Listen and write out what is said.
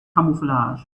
camouflage